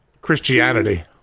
Christianity